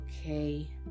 okay